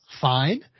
fine